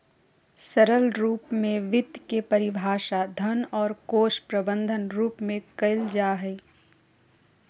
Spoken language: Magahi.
सरल रूप में वित्त के परिभाषा धन और कोश प्रबन्धन रूप में कइल जा हइ